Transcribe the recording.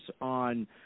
on